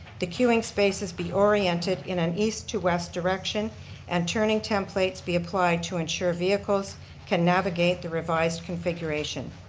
the queuing spaces be oriented in an east to west direction and turning templates be applied to ensure vehicles can navigate the revised configuration.